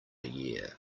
year